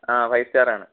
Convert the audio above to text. ആ five star ആണ്